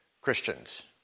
Christians